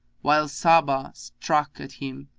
whilst sabbah struck at him,